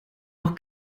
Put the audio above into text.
auch